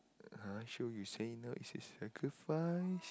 (uh huh) sure you say no you willing to sacrifice